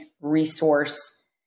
resource